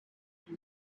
but